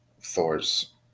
thor's